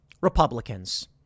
Republicans